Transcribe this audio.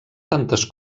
tantes